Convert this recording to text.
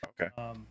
Okay